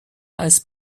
als